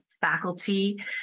faculty